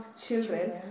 Children